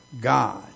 God